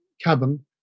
cabin